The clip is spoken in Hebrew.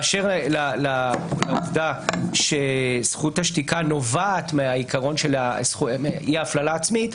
באשר לעובדה שזכות השתיקה נובעת מהעיקרון של אי הפללה עצמית,